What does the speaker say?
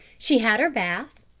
she had her bath,